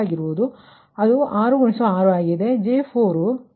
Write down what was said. ಆಗಿರುತ್ತದೆ ಅಂದರೆ ಅದು 6 6 ಆಗಿರುತ್ತದೆ